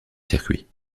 circuit